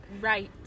right